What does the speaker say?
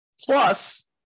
Plus